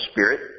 Spirit